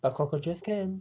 but cockroaches can